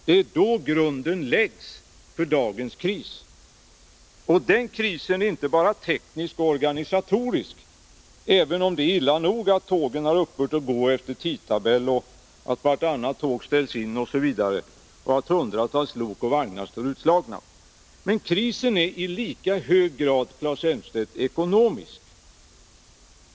Det var då grunden lades för dagens kris. Den krisen är inte bara teknisk och organisatorisk — även om det är illa nog att tågen upphört att gå efter tidtabell, att vartannat tåg ställs in och att hundratals lok och vagnar står utslagna. Krisen är i lika hög grad, Claes Elmstedt, ekonomisk.